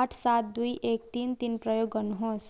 आठ सात दुई एक तिन तिन प्रयोग गर्नुहोस्